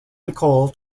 nicole